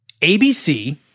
ABC